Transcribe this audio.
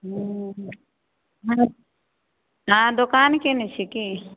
हुँ अहाँ दोकान केने छी कि